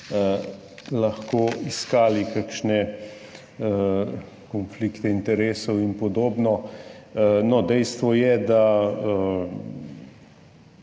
lahko iskali kakšne konflikte interesov in podobno. No, dejstvo je, da